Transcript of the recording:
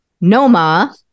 Noma